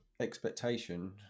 Expectation